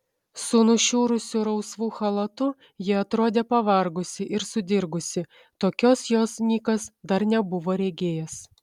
su nušiurusiu rausvu chalatu ji atrodė pavargusi ir sudirgusi tokios jos nikas dar nebuvo regėjęs